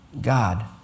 God